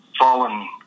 fallen